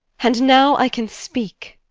and now i can speak.